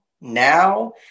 now